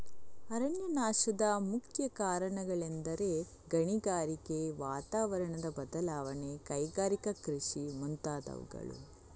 ಅರಣ್ಯನಾಶದ ಮುಖ್ಯ ಕಾರಣಗಳೆಂದರೆ ಗಣಿಗಾರಿಕೆ, ವಾತಾವರಣದ ಬದಲಾವಣೆ, ಕೈಗಾರಿಕಾ ಕೃಷಿ ಮುಂತಾದವುಗಳು